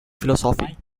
philosophy